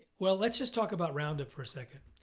well, let's just talk about roundup for a second.